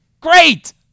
Great